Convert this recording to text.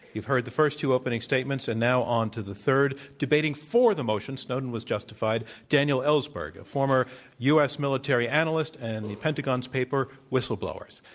you've heard the first two opening statements and now onto the third. debating for the motion, snowden was justified, daniel ellsberg, a former u. s. military analyst and the pentagon papers whistleblower.